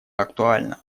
актуальна